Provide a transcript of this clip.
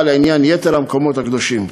בשאלתך, לעניין יתר המקומות הקדושים: